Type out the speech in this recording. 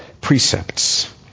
precepts